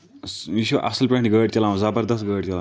یہِ چھُ اصل پٲٹھۍ گٲڑۍ چلاوان زبردست گٲڑۍ چلاوان